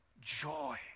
joy